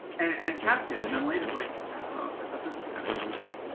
and and kept it and then later is like, i thought i thought this was kind of interesting.